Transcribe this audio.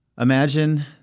Imagine